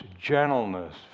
gentleness